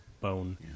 bone